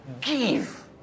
Give